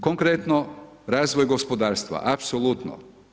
Konkretno, razvoj gospodarstva, apsolutno.